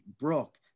Brooke